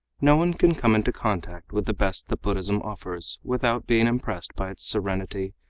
no one can come into contact with the best that buddhism offers without being impressed by its serenity,